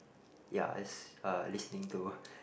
ya is uh listening to